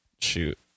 shoot